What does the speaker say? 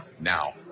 now